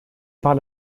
par